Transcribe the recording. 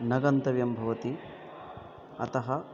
न गन्तव्यं भवति अतः